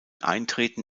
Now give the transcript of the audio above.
eintreten